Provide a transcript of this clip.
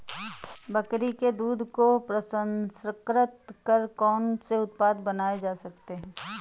बकरी के दूध को प्रसंस्कृत कर कौन से उत्पाद बनाए जा सकते हैं?